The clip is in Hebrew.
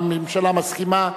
הממשלה מסכימה?